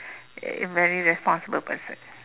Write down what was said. a very responsible person